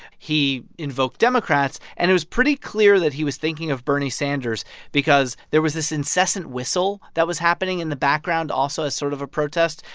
he invoked democrats. and it was pretty clear that he was thinking of bernie sanders because there was this incessant whistle that was happening in the background also as sort of a protest.